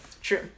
true